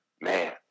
man